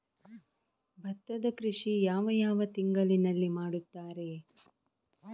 ಭತ್ತದ ಕೃಷಿ ಯಾವ ಯಾವ ತಿಂಗಳಿನಲ್ಲಿ ಮಾಡುತ್ತಾರೆ?